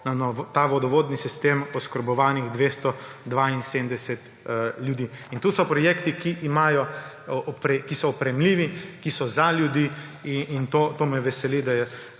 vodovodni sistem oskrboval 272 ljudi. In to so projekti, ki so oprijemljivi, ki so za ljudi, in to me veseli, da je